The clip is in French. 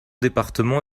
départements